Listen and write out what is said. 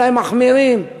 אולי מחמירים,